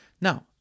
Now